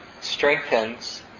strengthens